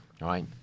right